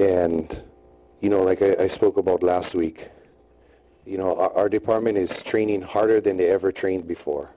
and you know like i spoke about last week you know our department is training harder than ever trained before